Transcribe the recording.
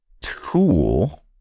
tool